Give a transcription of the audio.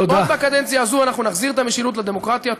עוד בקדנציה הזו אנחנו נחזיר את המשילות לדמוקרטיה.